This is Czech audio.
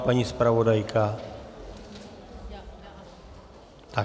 Paní zpravodajka?